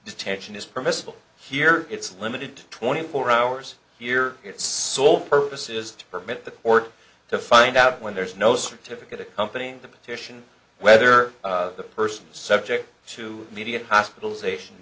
detention is permissible here it's limited to twenty four hours here its sole purpose is to permit the court to find out when there is no certificate accompany the petition whether the person is subject to immediate hospitalization